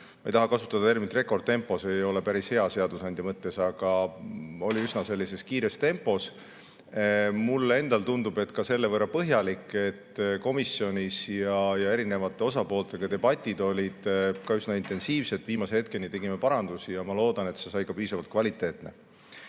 ma ei taha kasutada terminit "rekordtempos", ei ole päris hea seadusandja mõttes, aga oli üsna kiires tempos. Mulle endale tundub, et ka selle võrra põhjalik, et komisjonis ja erinevate osapooltega debatid olid üsna intensiivsed, viimase hetkeni tegime parandusi ja ma loodan, et see sai ka piisavalt kvaliteetne.